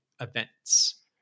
events